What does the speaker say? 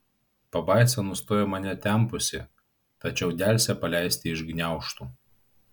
pabaisa nustoja mane tempusi tačiau delsia paleisti iš gniaužtų